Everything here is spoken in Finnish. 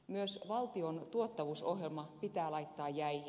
myös valtion tuottavuusohjelma pitää laittaa jäihin